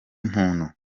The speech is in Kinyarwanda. muntu